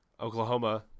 Oklahoma